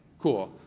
cool,